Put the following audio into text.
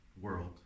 world